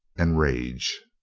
and rage.